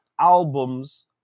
albums